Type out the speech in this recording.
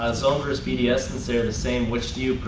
ah zone versus bds since they're the same, which do you